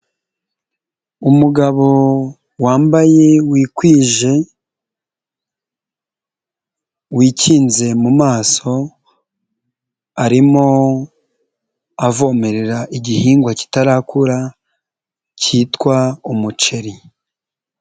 Umugabo wambaye wikwije wikinze mu maso arimo avomerera igihingwa kitarakura cyitwa umuceri.